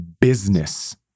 business